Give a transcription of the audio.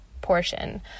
portion